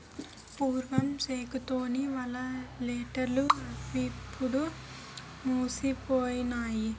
పూర్వం సేకు తోని వలలల్లెటూళ్లు అవిప్పుడు మాసిపోనాయి